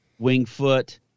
Wingfoot